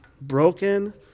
broken